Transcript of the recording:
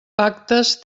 pactes